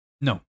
No